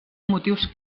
motius